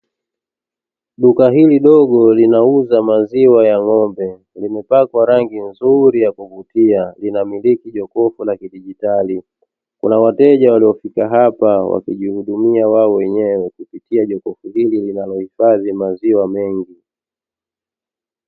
Duka hili dogo linauza maziwa ya ng'ombe, limepakwa rangi nzuri ya kuvutia na linamiliki jokofu la kidigitali. Kuna wateja waliofika hapa wakijihudumia wao wenyewe kupitia jokofu hili linalohifadhi maziwa mengi.